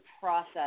process